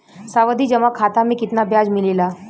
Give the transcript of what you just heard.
सावधि जमा खाता मे कितना ब्याज मिले ला?